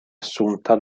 assunta